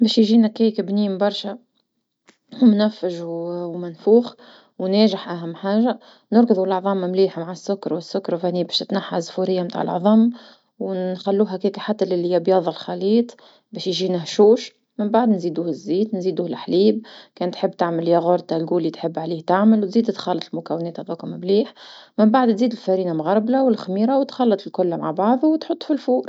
باش يجينا كيك بنين برشا منرفج و ومنفوخ وناجح أهم حاجة، نركضو لعظام مليحة مع السكر والسكر فاني باش يتنحى زفورية نتاع لعظم، ونخلو هكاكا حتى لي يبياظ الخليط باش يجينا هشوش، من بعد نزيدوه الزيت نزيدوه الحليب، كانت تحب تعمل ياغورت الذوق اللي تحب عليه تعمل وتزيد تخلص مكوناتها هذوك مليح، من بعد تزيد الفرينة مغربلة والخميرة وتخلط الكل مع بعضه وتحط في الفرن.